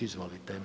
Izvolite.